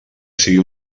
sigui